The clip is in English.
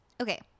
Okay